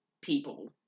people